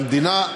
למדינה,